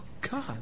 God